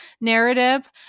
narrative